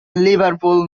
liverpool